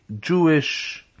Jewish